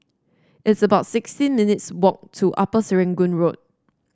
it's about sixteen minutes' walk to Upper Serangoon Road